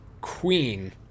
queen